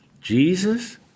Jesus